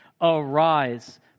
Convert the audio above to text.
Arise